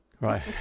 Right